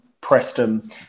preston